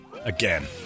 Again